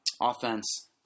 offense